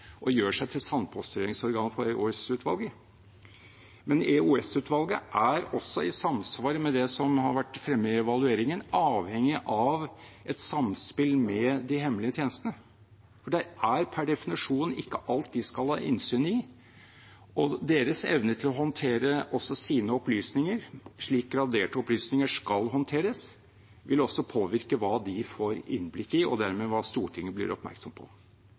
seg til sandpåstrøingsorgan for EOS-utvalget. Men EOS-utvalget er også, i samsvar med det som har vært fremme i evalueringen, avhengig av et samspill med de hemmelige tjenestene, og det er per definisjon ikke alt de skal ha innsyn i. Deres evne til å håndtere også sine opplysninger slik graderte opplysninger skal håndteres, vil også påvirke hva de får innblikk i, og dermed hva Stortinget blir oppmerksom på.